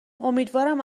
امیدوارم